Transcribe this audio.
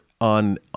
On